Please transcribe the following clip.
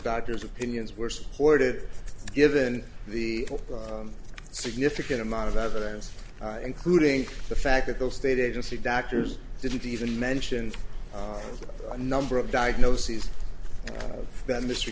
doctors opinions were supported given the significant amount of evidence including the fact that the state agency doctors didn't even mention the number of diagnoses that mr